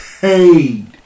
paid